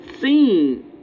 seen